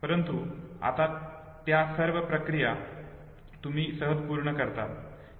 परंतु आता त्या सर्व मधल्या प्रक्रिया तुम्ही सहज पूर्ण करतात